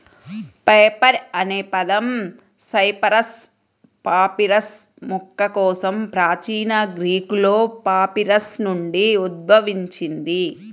paper అనే పదం Cyperus papyrus మొక్క కోసం ప్రాచీన గ్రీకులో పాపిరస్ నుండి ఉద్భవించింది